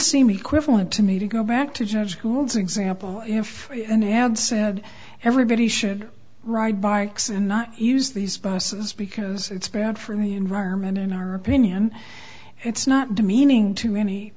seem equivalent to me to go back to judge who owns example if you and i had said everybody should ride bikes and not use these buses because it's bad for the environment in our opinion and it's not demeaning to any